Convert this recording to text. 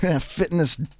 Fitness